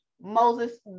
Moses